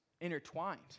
intertwined